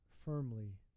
firmly